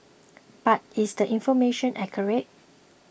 but is the information accurate